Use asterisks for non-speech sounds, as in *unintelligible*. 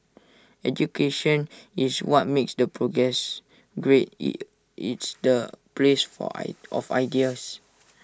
education is what makes the progress great *unintelligible* it's the place for I of *noise* ideas